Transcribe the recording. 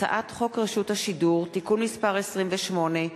הצעת חוק רשות השידור (תיקון מס' 28),